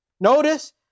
Notice